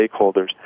stakeholders